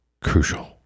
crucial